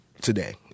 today